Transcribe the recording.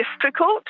difficult